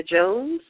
Jones